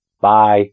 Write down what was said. Bye